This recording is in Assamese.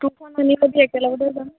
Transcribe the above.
তোৰখন আনি ল'বি একেলগতে যাম